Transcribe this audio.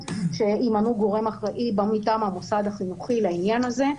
שימנו גורם אחראי מטעם המוסד החינוכי לעניין הזה.